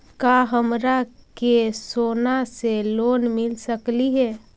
का हमरा के सोना से लोन मिल सकली हे?